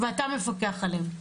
ואתה מפקח עליהם?